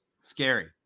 Scary